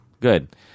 good